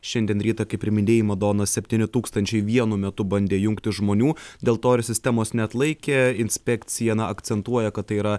šiandien rytą kaip ir minėjai madona septyni tūkstančiai vienu metu bandė jungtis žmonių dėl to ir sistemos neatlaikė inspekcija na akcentuoja kad tai yra